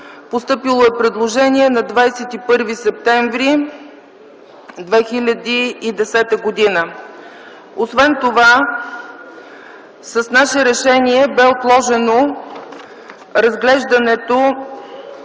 Постъпило е предложение на 21 септември 2010 г. С наше решение бе отложено разглеждането